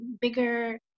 bigger